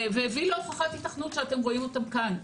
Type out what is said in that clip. והביא להוכחת היתכנות שאתם רואים אותם כאן.